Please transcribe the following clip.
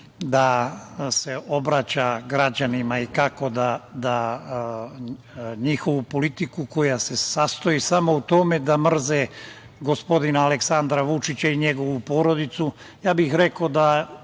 da se obraća građanima i kako da njihovu politiku koja se sastoji samo u tome da mrze gospodina Aleksandra Vučića i njegovu porodicu, ja bih rekao i